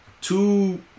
two